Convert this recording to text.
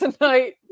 tonight